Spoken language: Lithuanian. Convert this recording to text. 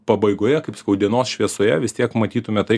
pabaigoje kaip sakau dienos šviesoje vis tiek matytume tai